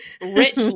rich